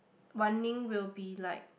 running will be like